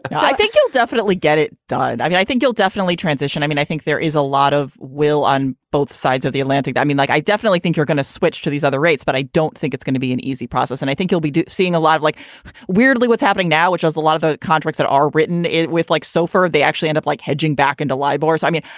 i think you'll definitely get it done i mean, i think you'll definitely transition. i mean, i think there is a lot of will on both sides of the atlantic. i mean, like i definitely think you're going to switch to these other rates, but i don't think it's going to be an easy process. and i think you'll be seeing a lot of like weirdly what's happening now, which has a lot of the contracts that are written with like so sofor they actually end up like hedging back into libraries. i mean,